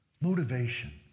Motivation